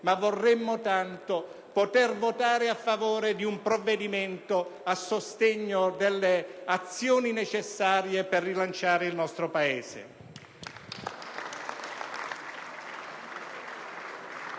ma vorremmo tanto poter votare a favore di un provvedimento a sostegno delle azioni necessarie per rilanciare il nostro Paese.